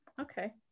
Okay